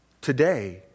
today